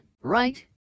Right